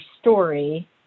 story